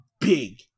big